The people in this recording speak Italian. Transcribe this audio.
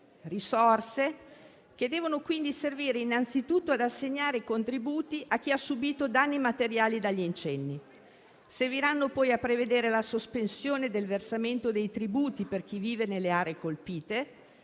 risorse che devono quindi servire innanzitutto ad assegnare i contributi a chi ha subito danni materiali dagli incendi. Serviranno poi a prevedere la sospensione del versamento dei tributi per chi vive nelle aree colpite,